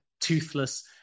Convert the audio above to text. toothless